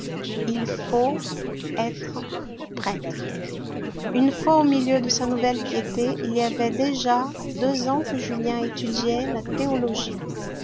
il faut être prêtre une fois au milieu de sa nouvelle piété il y avait déjà deux ans que julien étudiait la théologie